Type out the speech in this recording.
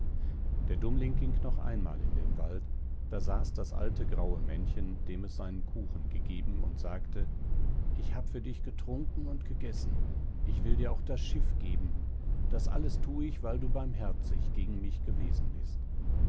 der dummling ging noch einmal in den wald da saß das alte graue männchen dem es seinen kuchen gegeben und sagte ich hab für dich getrunken und gegessen ich will dir auch das schiff geben das alles thu ich weil du barmherzig gegen mich gewesen bist